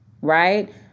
Right